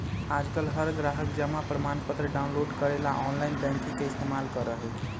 आजकल हर ग्राहक जमा प्रमाणपत्र डाउनलोड करे ला आनलाइन बैंकिंग के इस्तेमाल करा हई